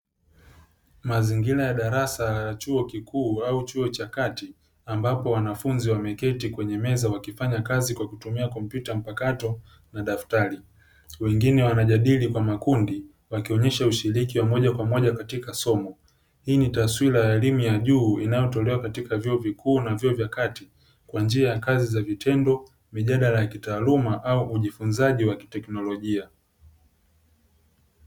Mazingira ya darasa la chuo kikuu au chuo cha kati, ambapo wanafunzi wameketi kwenye meza wakifanya kazi kwa kutumia kompyuta mpakato na daftari. Wengine wanajadili kwa makundi wakionyesha ushiriki wa moja kwa moja katika somo. Hii ni taswira ya elimu ya juu inayotolewa katika vyuo vikuu na vyuo vya kati kwa njia ya kazi za vitendo, mijadala ya kitaaluma au ujifunzaji wa kiteknolojia.